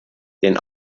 den